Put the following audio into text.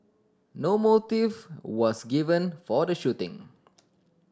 no motive was given for the shooting